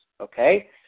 Okay